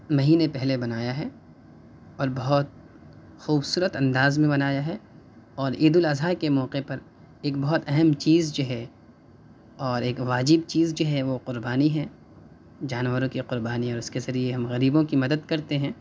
مہینے پہلے منایا ہے اور بہت خوبصورت انداز میں منایا ہے اور عید الاضحی کے موقع پر ایک بہت اہم چیز جو ہے اور ایک واجب چیز جو ہے وہ قربانی ہے جانوروں کی قربانی اور اُس کے ذریعے ہم غریبوں کی مدد کرتے ہیں